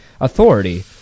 authority